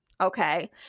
Okay